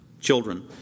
children